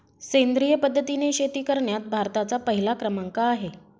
सेंद्रिय पद्धतीने शेती करण्यात भारताचा पहिला क्रमांक आहे